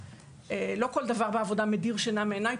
לא כל דבר בעבודה מדיר שינה מעיניי.